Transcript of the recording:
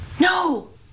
no